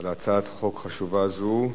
תודה רבה לך על הצעת חוק חשובה זו.